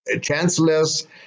chancellors